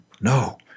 No